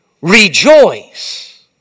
rejoice